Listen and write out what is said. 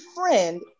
friend